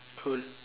cool